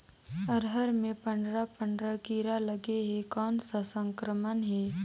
अरहर मे पंडरा पंडरा कीरा लगे हे कौन सा संक्रमण हे?